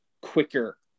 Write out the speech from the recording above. quicker